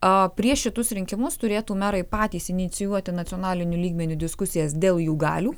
a prieš kitus rinkimus turėtų merai patys inicijuoti nacionaliniu lygmeniu diskusijas dėl jų galių